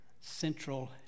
Central